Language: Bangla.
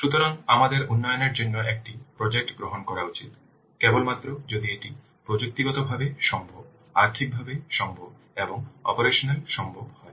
সুতরাং আমাদের উন্নয়নের জন্য একটি প্রজেক্ট গ্রহণ করা উচিত কেবল মাত্র যদি এটি প্রযুক্তিগতভাবে সম্ভব আর্থিকভাবে সম্ভব এবং অপারেশনাল সম্ভব হয়